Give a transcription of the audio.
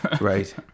Right